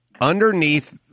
underneath